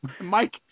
Mike